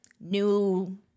new